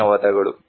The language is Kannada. ಧನ್ಯವಾದಗಳು